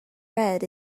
red